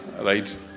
Right